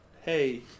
hey